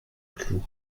clou